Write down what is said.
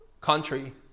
country